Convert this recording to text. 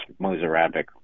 Mozarabic